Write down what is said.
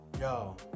yo